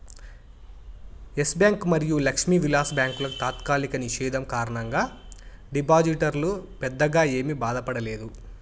yes bank మరియు లక్ష్మీ విలాస్ బ్యాంకుల తాత్కాలిక నిషేధం కారణంగా డిపాజిటర్లు పెద్దగా ఏమీ బాధపడలేదు